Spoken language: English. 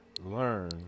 learn